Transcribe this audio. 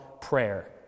prayer